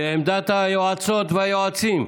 עמדת היועצות והיועצים.